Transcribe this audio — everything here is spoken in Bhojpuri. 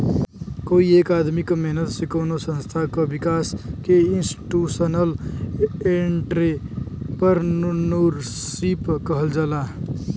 कोई एक आदमी क मेहनत से कउनो संस्था क विकास के इंस्टीटूशनल एंट्रेपर्नुरशिप कहल जाला